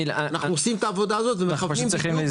אנחנו עושים את העבודה הזאת ומכוונים בדיוק לעירוניות,